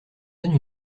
donne